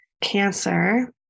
cancer